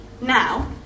now